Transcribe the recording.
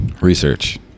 Research